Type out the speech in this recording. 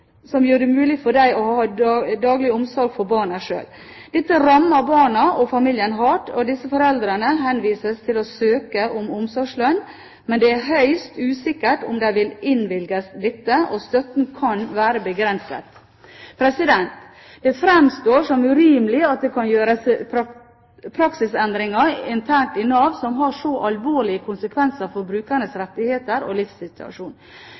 som gjør det mulig for dem å ha daglig omsorg for barna sjøl. Dette rammer barna og familiene hardt. Disse foreldrene henvises til å søke om omsorgslønn, men det er høyst usikkert om de vil innvilges dette, og støtten kan være begrenset. Det framstår som urimelig at det kan gjøres praksisendringer internt i Nav som har så alvorlige konsekvenser for brukernes rettigheter og livssituasjon.